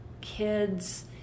kids